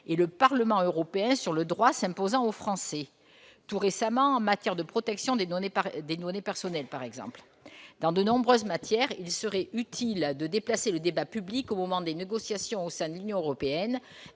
et le Parlement européens sur le droit s'imposant aux Français, par exemple, tout récemment, en matière de protection des données personnelles. Dans de nombreuses matières, il serait utile de déplacer le débat public au moment des négociations au sein de l'Union européenne,